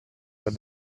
what